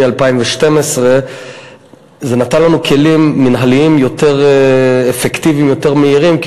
2012 נתנה לנו כלים מינהליים אפקטיביים יותר ומהירים יותר,